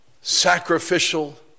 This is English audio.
sacrificial